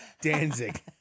Danzig